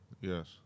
Yes